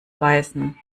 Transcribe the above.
beißen